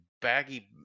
baggy